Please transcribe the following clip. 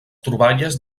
troballes